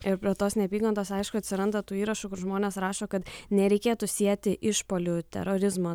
ir prie tos neapykantos aišku atsiranda tų įrašų kur žmonės rašo kad nereikėtų sieti išpuolių terorizmo